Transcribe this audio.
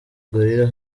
gorilla